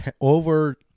over